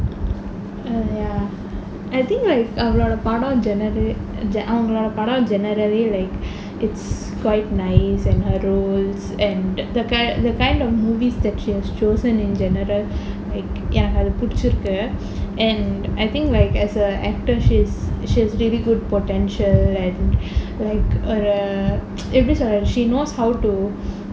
ya I think like அவளோட படம்:avaloda padam genera~ அவங்களோட படம்:avangaloda padam generally like it's quite nice and and her roles and the kind the kind of movies that she has chosen in general like எனக்கு அது புடிச்சிருக்கு:enakku athu pudichirukku and I think like as a actor she's she has very good potential like err எப்டி சொல்றது:epdi solrathu like she knows how to